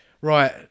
right